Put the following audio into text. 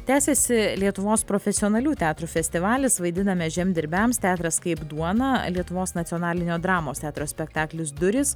tęsiasi lietuvos profesionalių teatrų festivalis vaidiname žemdirbiams teatras kaip duona lietuvos nacionalinio dramos teatro spektaklis durys